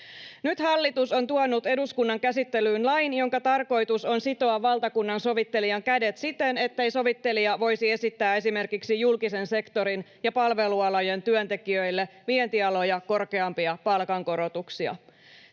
Nyt hallitus on tuonut eduskunnan käsittelyyn lain, jonka tarkoitus on sitoa valtakunnansovittelijan kädet siten, ettei sovittelija voisi esittää esimerkiksi julkisen sektorin ja palvelualojen työntekijöille vientialoja korkeampia palkankorotuksia.